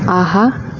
ஆஹா